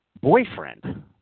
boyfriend